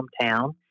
hometown